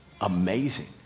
Amazing